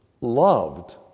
loved